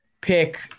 pick